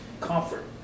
comfort